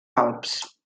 alps